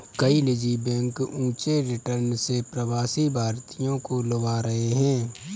कई निजी बैंक ऊंचे रिटर्न से प्रवासी भारतीयों को लुभा रहे हैं